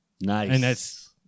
Nice